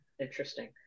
interesting